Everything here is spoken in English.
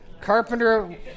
Carpenter